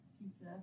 pizza